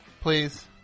Please